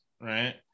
right